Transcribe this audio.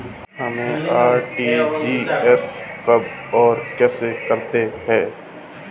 हम आर.टी.जी.एस कब और कैसे करते हैं?